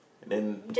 then